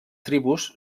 tribus